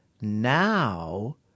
now